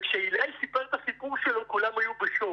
כשעילי סיפר את הסיפור שלו, כולם היו בשוק.